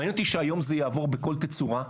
מעניין אותי שהיום זה יעבור בכל תצורה,